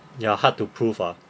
ya hard to prove ah